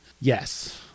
Yes